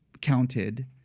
counted